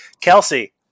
Kelsey